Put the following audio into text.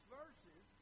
verses